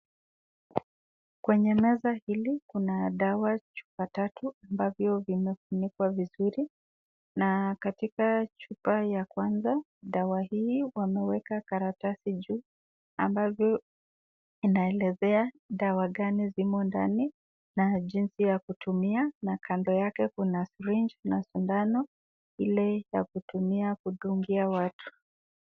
Kwenye meza hili kuna dawa chupa tatu ambavyo vimefunikwa vizuri, na katika chupa ya kwanza, dawa hii wameweka karatasi juu ambayo inaelezea dawa gani imo ndani na jinsi ya kutumia na kando yake kuna syringe na sindano ile ya kutumia kudungia watu.